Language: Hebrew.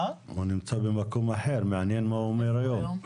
הוא נמצא במקום אחר, מעניין מה הוא אומר היום.